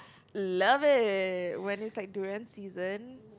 love it when it's like durian season